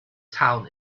town